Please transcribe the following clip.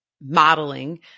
modeling